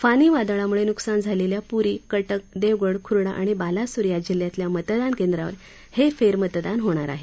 फानी वादळामुळे नुकसान झालेल्या पुरी कटक देवगढ खुरडा आणि बालासोर या जिल्ह्यातल्या मतदानकेंद्रावर हे फेरमतदान होणार आहे